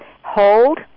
hold